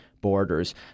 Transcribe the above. borders